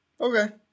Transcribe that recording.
Okay